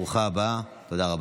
ברוכה הבאה, תודה רבה.